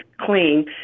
clean